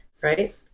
Right